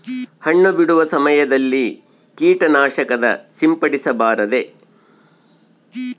ಹಣ್ಣು ಬಿಡುವ ಸಮಯದಲ್ಲಿ ಕೇಟನಾಶಕ ಸಿಂಪಡಿಸಬಾರದೆ?